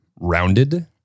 rounded